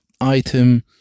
item